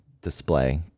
display